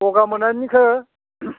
गगा मोननायनिखो